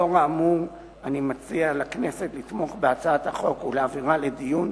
לאור האמור אני מציע לכנסת לתמוך בהצעת החוק ולהעבירה לדיון